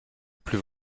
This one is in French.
plus